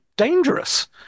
dangerous